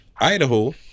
Idaho